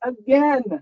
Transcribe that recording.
again